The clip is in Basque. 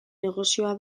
negozioa